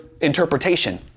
interpretation